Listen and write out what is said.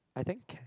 I think